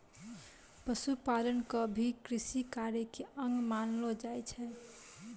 पशुपालन क भी कृषि कार्य के अंग मानलो जाय छै